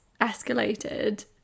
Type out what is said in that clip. escalated